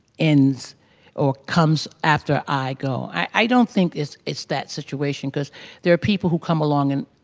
ends or comes after i go? i don't think it's it's that situation because there are people who come along, and